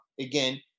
Again